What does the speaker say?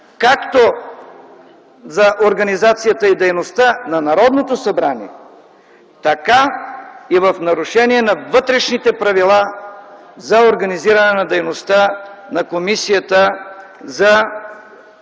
за организацията и дейността на Народното събрание, така и в нарушение на Вътрешните правила за организиране на дейността на Комисията за борба